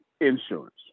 insurance